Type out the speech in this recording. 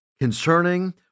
concerning